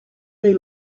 may